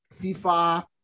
fifa